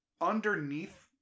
underneath